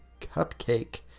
cupcake